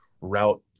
route